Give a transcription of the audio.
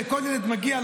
כל ילד שמגיע,